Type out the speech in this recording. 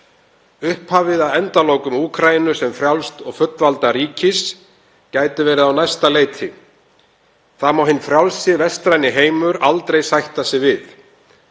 Upphafið að endalokum Úkraínu sem frjáls og fullvalda ríkis gæti verið á næsta leiti. Það má hinn frjálsi vestræni heimur aldrei sætta sig við.